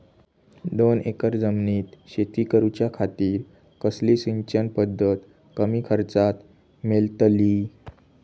दोन एकर जमिनीत शेती करूच्या खातीर कसली सिंचन पध्दत कमी खर्चात मेलतली?